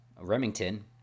Remington